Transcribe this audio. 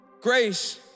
Grace